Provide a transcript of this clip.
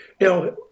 Now